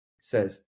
says